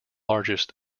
largest